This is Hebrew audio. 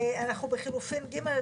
3 וה-לחלופין של 3. גברתי היושבת-ראש,